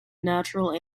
natural